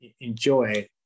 enjoy